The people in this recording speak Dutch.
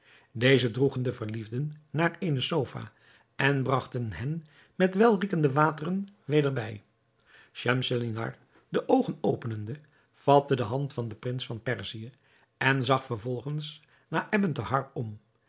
deze droegen de verliefden naar eene sofa en bragten hen met welriekende wateren weder bij schemselnihar de oogen openende vatte de hand van den prins van perzië en zag vervolgens naar ebn thahar om